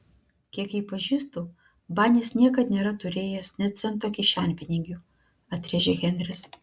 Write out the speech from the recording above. kiek jį pažįstu banis niekad nėra turėjęs nė cento kišenpinigių atrėžė henris